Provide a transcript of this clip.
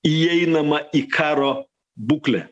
įeinama į karo būklę